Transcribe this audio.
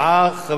העסקה),